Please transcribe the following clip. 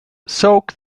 soak